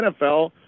NFL